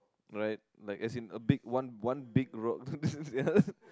right like it's in a big one one big rock